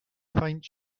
faint